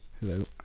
Hello